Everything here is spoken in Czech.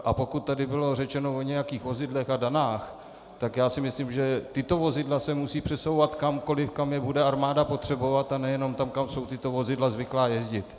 A pokud tady bylo řečeno o nějakých vozidlech a danách, tak já si myslím, že tato vozidla se musí přesouvat kamkoli, kam je bude armáda potřebovat, a nejenom tam, kam jsou tato vozidla zvyklá jezdit.